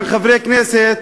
עם חברי כנסת,